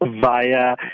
via